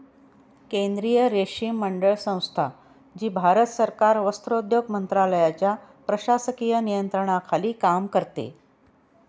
केंद्रीय रेशीम मंडळ संस्था, जी भारत सरकार वस्त्रोद्योग मंत्रालयाच्या प्रशासकीय नियंत्रणाखाली काम करते